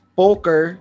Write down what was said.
poker